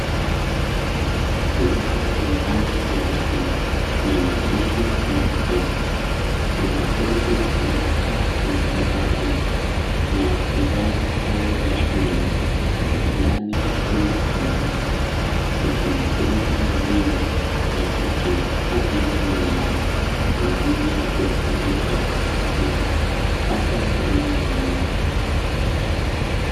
Ubao wenye rangi nyeusi na maandishi meupe, wanafunzi waliokaa kwenye madawati na kuvaa sare za shule ndani ya chumba cha darasa, wakimsikiliza mwalimu wa kike aliye mbele yao kwa ajili ya kuwafundisha na kupata elimu ya ujuzi.